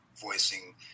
voicing